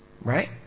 Right